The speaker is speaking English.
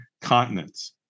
continents